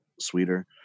sweeter